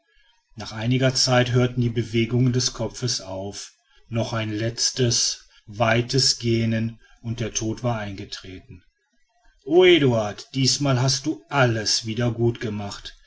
nach einiger zeit hörte die bewegung des kopfes auf noch ein letztes weites gähnen und der tod war eingetreten o eduard diesmal hast du alles wieder gut gemacht